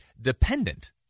dependent